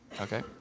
okay